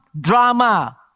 drama